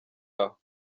aho